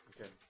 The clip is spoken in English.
Okay